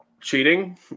Cheating